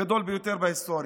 הגדול ביותר בהיסטוריה.